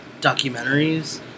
documentaries